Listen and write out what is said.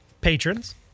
patrons